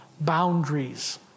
boundaries